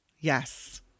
Yes